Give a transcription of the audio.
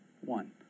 one